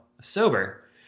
sober